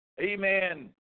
amen